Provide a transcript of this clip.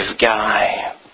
guy